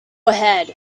ahead